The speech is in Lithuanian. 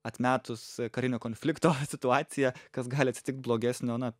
atmetus karinio konflikto situaciją kas gali atsitikt blogesnio na